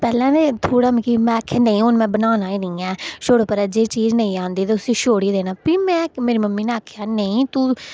पैह्लें ते मिगी थोह्ड़ा आखेआ नेईं हू'न में बनाना निं ऐ छोड़ो परें जेह्ड़ी चीज़ नेईं आंदी ते उसी छोड़ी देना प्ही में मेरी मम्मी नै आक्खेआ नेईं तूं